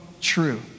true